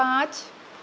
पाँच